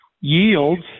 yields